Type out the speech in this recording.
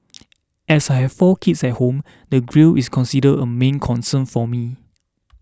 as I have four kids at home the grille is considered a main concern for me